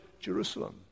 Jerusalem